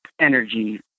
energy